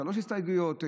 שלוש הסתייגויות,